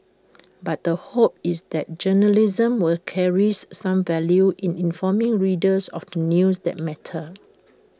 but the hope is that journalism were carries some value in informing readers of the news that matter